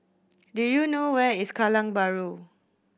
do you know where is Kallang Bahru